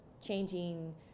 changing